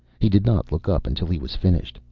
he did not look up until he was finished.